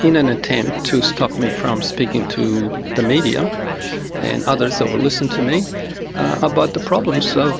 in an attempt to stop me from speaking to the media and others that will listen to me about the problems of